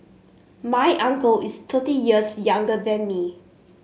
my uncle is thirty years younger than me